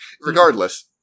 Regardless